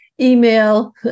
email